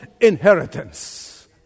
inheritance